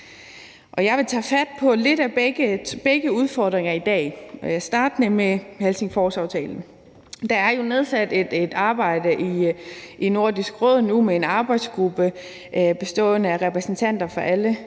jeg vil tage fat på lidt af begge udfordringer i dag, startende med Helsingforsaftalen. Der er jo igangsat et arbejde i Nordisk Råd nu med en arbejdsgruppe bestående af repræsentanter fra alle